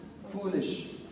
foolish